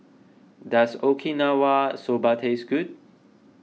does Okinawa Soba taste good